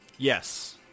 yes